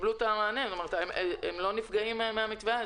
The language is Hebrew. קיבלו מענה, הם לא נפגעים מן המתווה הזה.